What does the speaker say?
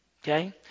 Okay